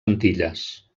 antilles